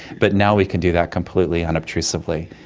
but now we can do that completely unobtrusively.